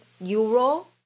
euro